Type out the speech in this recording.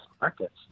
markets